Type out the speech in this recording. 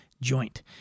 joint